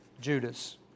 Judas